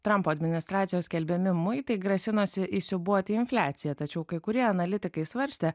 trampo administracijos skelbiami muitai grasinosi įsiūbuoti infliaciją tačiau kai kurie analitikai svarstė